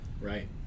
Right